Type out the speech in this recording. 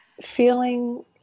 feeling